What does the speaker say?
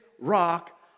rock